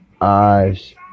eyes